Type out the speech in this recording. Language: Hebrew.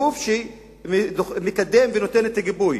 גוף שמקדם ונותן את הגיבוי,